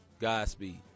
Godspeed